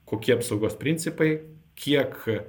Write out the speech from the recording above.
kokie apsaugos principai kiek